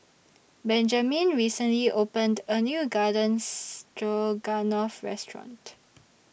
Benjamine recently opened A New Garden Stroganoff Restaurant